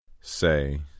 Say